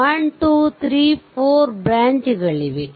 1 2 3 4 branch ಗಳಿವೆ